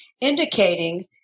indicating